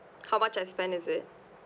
how much I spend is it